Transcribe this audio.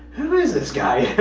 who is this guy?